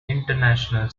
international